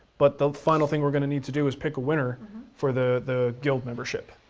but the final thing we're gonna need to do is pick a winner for the the guild membership.